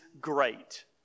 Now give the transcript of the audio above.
great